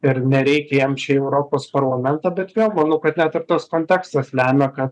ir nereikia jam šį europos parlamentą bet vėl manau kad net ir tas kontekstas lemia kad